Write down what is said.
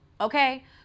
okay